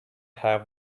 have